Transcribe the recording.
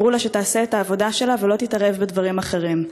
אמרו לה שתעשה את העבודה שלה ולא תתערב בדברים אחרים,